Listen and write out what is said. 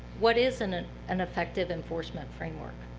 what is an an effective enforcement framework?